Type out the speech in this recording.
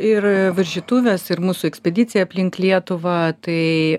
ir varžytuvės ir mūsų ekspedicija aplink lietuvą tai